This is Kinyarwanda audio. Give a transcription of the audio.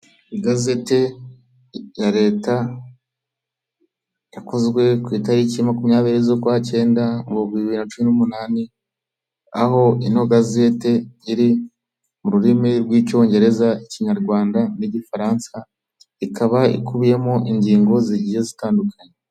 Igazeti ya leta yakozwe ku itariki makumyabiri z'ukwa cyenda mu bibiri na cumi n'umunani aho inogazete iri mu rurimi rw'icyongereza ikinyarwanda n'igifaransa ikaba ikubiyemo ingingo zigiye zitandukanye.